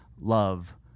love